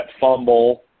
fumble